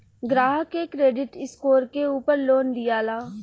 ग्राहक के credit score के उपर लोन दियाला